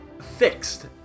fixed